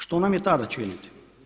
Što nam je tada činiti?